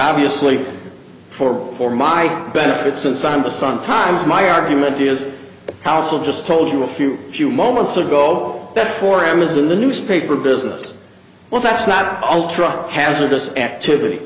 obviously for for my benefit since on the sun times my argument is powerful just told you a few a few moments ago that for amazon the newspaper business well that's not ultra hazardous activity